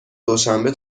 دوشنبه